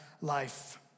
life